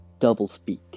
doublespeak